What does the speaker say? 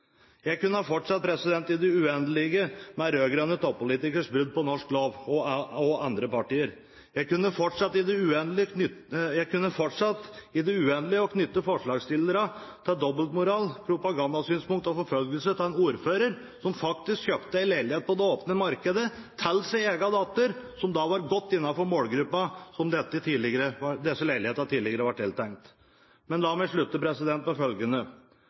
Jeg kunne ha fortsatt i det uendelige med de rød-grønnes – og andre partiers – toppolitikeres brudd på norsk lov. Jeg kunne ha fortsatt i det uendelige og knyttet forslagsstillerne til dobbeltmoral, propagandasynspunkter og forfølgelse av en ordfører som kjøpte en leilighet på det åpne markedet til sin egen datter, som da var godt innenfor den målgruppen som disse leilighetene tidligere var tiltenkt. La meg slutte med følgende: